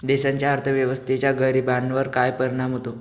देशाच्या अर्थव्यवस्थेचा गरीबांवर काय परिणाम होतो